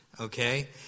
okay